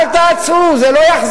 אל תעצרו, זה לא יחזור.